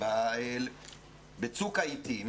שבצוק העתים